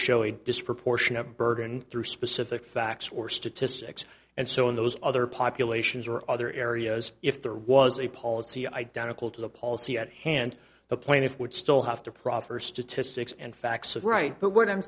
show a disproportionate burden through specific facts or statistics and so in those other populations or other areas if there was a policy identical to the policy at hand the plaintiffs would still have to proffer statistics and facts right but what i'm